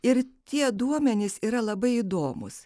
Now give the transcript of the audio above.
ir tie duomenys yra labai įdomūs